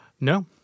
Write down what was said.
No